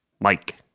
Mike